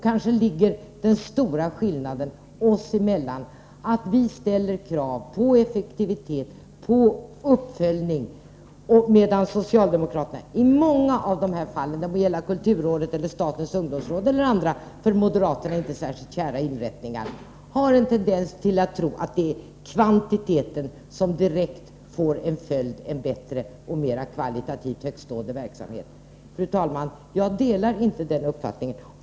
Kanske ligger den stora skillnaden oss emellan i att vi ställer krav på effektivitet och uppföljning, medan socialdemokraterna i många av de här fallen — det må gälla kulturrådet eller statens ungdomsråd eller andra för moderater inte så särskilt kära inrättningar — har en tendens till att tro att det är kvantiteten som direkt får till följd en bättre och kvalitativt mera högtstående verksamhet. Fru talman! Jag delar inte den uppfattningen.